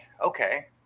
okay